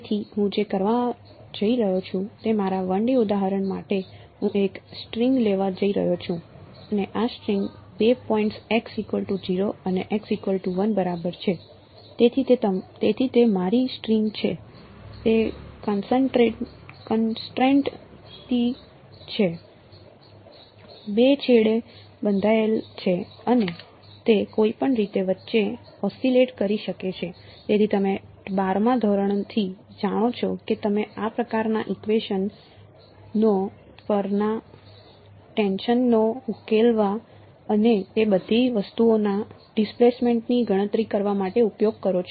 તેથી હું જે કરવા જઈ રહ્યો છું તે મારા 1 D ઉદાહરણ માટે હું એક સ્ટ્રિંગ ની ગણતરી કરવા માટે ઉપયોગ કરો છો